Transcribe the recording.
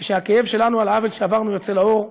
כשהכאב שלנו על העוול שעברנו יוצא לאור,